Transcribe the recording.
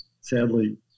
sadly